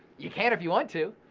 you can if you want to.